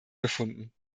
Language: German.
befunden